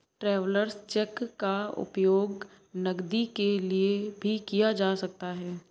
travellers cheque का उपयोग नकदी के लिए भी किया जा सकता है